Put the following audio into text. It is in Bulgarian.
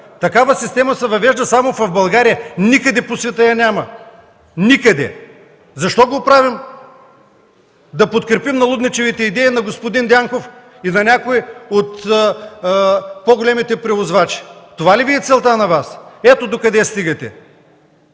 Такава система се въвежда само в България! Никъде по света я няма! Никъде! Защо го правим? Да подкрепим налудничавите идеи на господин Дянков и на някого от по-големите превозвачи?! Това ли Ви е целта? Ето докъде стигате